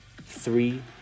three